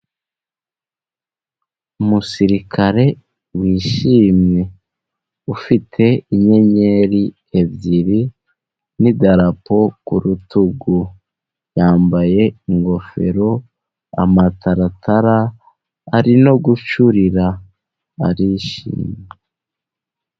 Umusirikare wishimye ufite inyenyeri ebyiri, n'idarapo ku rutugu, yambaye ingofero, amataratara, ari no gucurira arishima.